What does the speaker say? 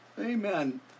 Amen